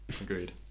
agreed